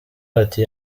bati